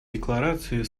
декларации